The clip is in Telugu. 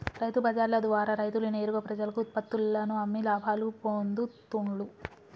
రైతు బజార్ల ద్వారా రైతులు నేరుగా ప్రజలకు ఉత్పత్తుల్లను అమ్మి లాభాలు పొందుతూండ్లు